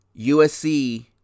USC